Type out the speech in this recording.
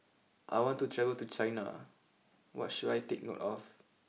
I want to travel to China what should I take note of